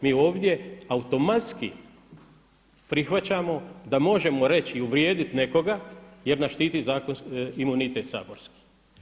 Mi ovdje automatski prihvaćamo da možemo reći i uvrijediti nekoga jer nas štiti imunitet saborski.